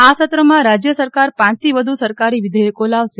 આ સત્રમાં રાજ્ય સરકાર પાંચથી વધુ સરકારી વિધેયકો લાવશે